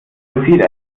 vollzieht